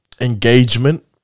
engagement